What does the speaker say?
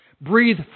Breathe